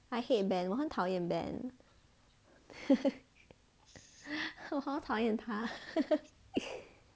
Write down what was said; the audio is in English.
I hate ben 我很讨厌 ben 我很讨厌他